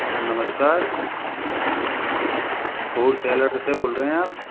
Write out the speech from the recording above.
sir नमस्कार fruit seller से बोल रहे हैं आप